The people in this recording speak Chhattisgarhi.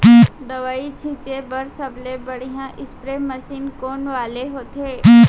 दवई छिंचे बर सबले बढ़िया स्प्रे मशीन कोन वाले होथे?